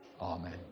Amen